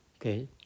Okay